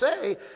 say